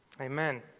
Amen